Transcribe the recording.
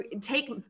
take